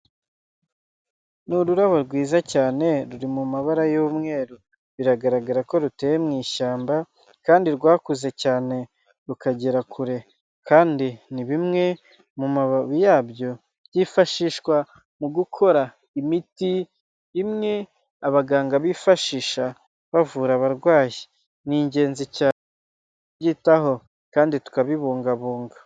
Ni ururabo rwiza cyane ruri mu mabara y'umweru, biragaragara ko ruteye mu ishyamba kandi rwakuze cyane rukagera kure, kandi bimwe mu mababi yabyo byifashishwa mu gukora imiti imwe abaganga bifashisha bavura abarwayi. Ni ingenzi cyane kubyitaho kandi tukabibungabunga.